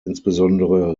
insbesondere